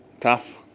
tough